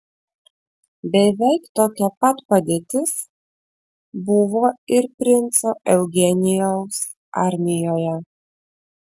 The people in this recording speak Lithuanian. beveik tokia pat padėtis buvo ir princo eugenijaus armijoje